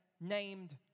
named